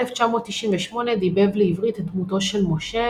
ב-1998 דיבב לעברית את דמותו של משה